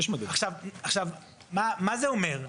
עכשיו, מה זה אומר?